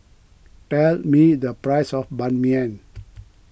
tell me the price of Ban Mian